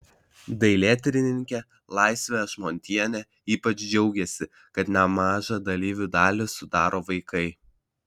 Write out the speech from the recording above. dailėtyrininkė laisvė ašmontienė ypač džiaugėsi kad nemažą dalyvių dalį sudaro vaikai